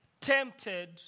tempted